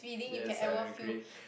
yes I agree